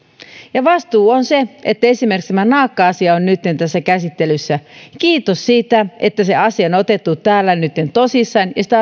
ja vastuu on se että esimerkiksi tämä naakka asia on nytten tässä käsittelyssä kiitos siitä että se asia on otettu täällä nytten tosissaan ja sitä